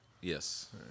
Yes